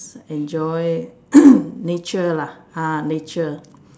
enjoy nature lah ah nature